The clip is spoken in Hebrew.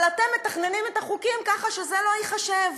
אבל אתם מתכננים את החוקים ככה שזה לא ייחשב,